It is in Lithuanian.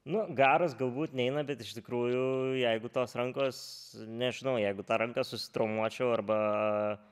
nu garas galbūt neina bet iš tikrųjų jeigu tos rankos nežinau jeigu tą ranką susitraumuočiau arba